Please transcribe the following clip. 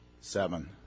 seven